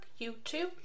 YouTube